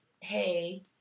hey